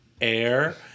Air